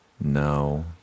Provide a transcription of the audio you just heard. no